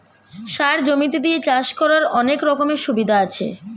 সার জমিতে দিয়ে চাষ করার অনেক রকমের সুবিধা আছে